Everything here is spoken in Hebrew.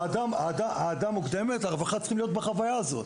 העדה מוקדמת הרווחה צריכה להיות בחוויה הזאת.